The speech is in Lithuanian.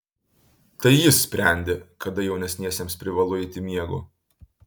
tai jis sprendė kada jaunesniesiems privalu eiti miego